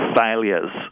failures